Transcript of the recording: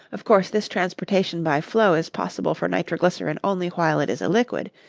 of course this transportation by flow is possible for nitroglycerin only while it is a liquid,